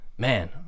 Man